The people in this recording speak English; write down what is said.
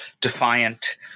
defiant